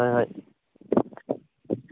হয় হয়